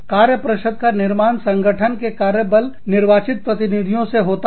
कार्य परिषद का निर्माण संगठन के कार्यबल निर्वाचित प्रतिनिधियों से होता है